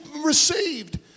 received